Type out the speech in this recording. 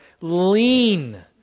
Lean